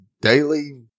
daily